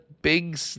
Big